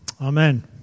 amen